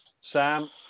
Sam